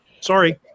Sorry